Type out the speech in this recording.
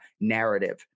narrative